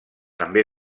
també